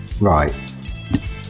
right